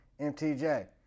MTJ